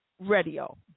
Radio